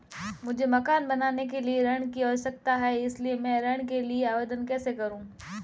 मुझे मकान बनाने के लिए ऋण की आवश्यकता है इसलिए मैं ऋण के लिए आवेदन कैसे करूं?